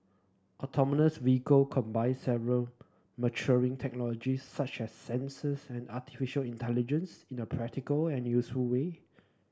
autonomous vehicle combine several maturing technologies such as sensors and artificial intelligence in the practical and useful way